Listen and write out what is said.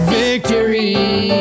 victory